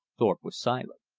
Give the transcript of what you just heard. thorpe was silent.